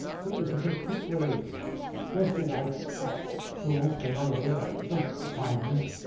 so it's a completely the espionage act belongs to another arena. it doesn't apply here.